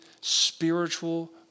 spiritual